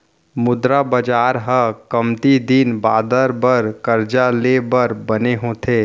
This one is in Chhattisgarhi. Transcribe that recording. मुद्रा बजार ह कमती दिन बादर बर करजा ले बर बने होथे